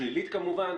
שלילית כמובן,